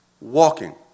walking